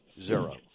zero